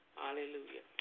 hallelujah